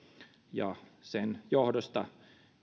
ja sen johdosta